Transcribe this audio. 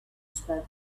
spoke